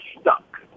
stuck